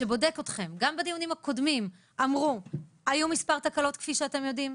שבודק אתכם - גם בדיונים הקודמים אמרו שהיו מספר תקלות כפי שאתם יודעים.